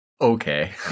Okay